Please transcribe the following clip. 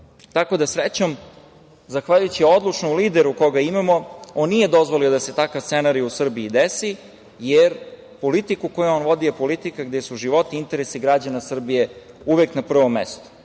da umre. Srećom, zahvaljujući odlučnom lideru koga imamo, on nije dozvolio da se takav scenario u Srbiji desi, jer politika koju on vodi je politika gde su životi i interesi građana Srbije uvek na prvom mestu. Prosto